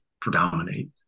predominate